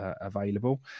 available